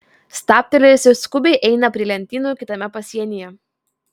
stabtelėjusi skubiai eina prie lentynų kitame pasienyje